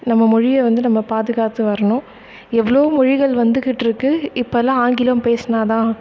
நம்ம மொழியை வந்து நம்ம பாதுகாத்து வரணும் எவ்வளோ மொழிகள் வந்துக்கிட்டிருக்கு இப்பெல்லாம் ஆங்கிலம் பேசினாதான்